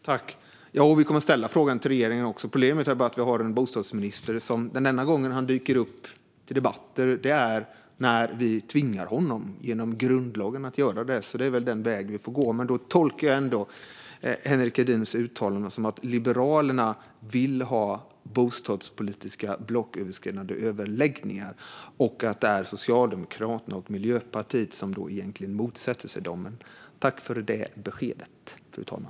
Fru talman! Ja, vi kommer att ställa frågan även till regeringen. Problemet är bara att vi har en bostadsminister som enbart dyker upp till debatter när vi genom grundlagen tvingar honom att göra det. Det är väl alltså den väg vi får gå. Men jag tolkar ändå Henrik Edins uttalande som att Liberalerna vill ha bostadspolitiska blocköverskridande överläggningar och att det är Socialdemokraterna och Miljöpartiet som motsätter sig det. Jag tackar för det beskedet, fru talman.